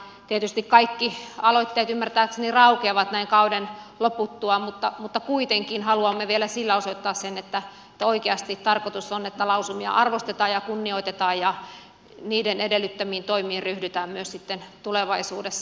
tietysti kaikki aloitteet ymmärtääkseni raukeavat näin kauden loputtua mutta kuitenkin haluamme vielä sillä osoittaa sen että oikeasti tarkoitus on että lausumia arvostetaan ja kunnioitetaan ja niiden edellyttämiin toimiin ryhdytään myös sitten tulevaisuudessa